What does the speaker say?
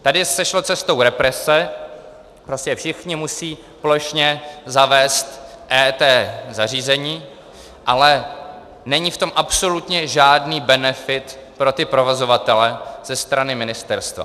Tady se šlo cestou represe, prostě všichni musí plošně zavést EET zařízení, ale není v tom absolutně žádný benefit pro ty provozovatele ze strany ministerstva.